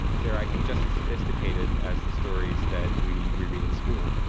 they are i think just as sophisticated as the stories that we we read in school.